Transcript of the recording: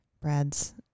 Brad's